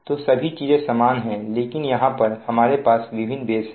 तो सभी चीजें समान है लेकिन यहां पर हमारे पास विभिन्न बेस है